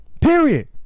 Period